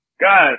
Guys